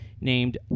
named